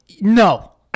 no